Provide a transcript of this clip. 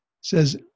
says